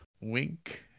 wink